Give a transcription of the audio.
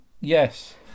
yes